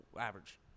Average